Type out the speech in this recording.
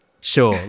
Sure